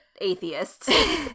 atheists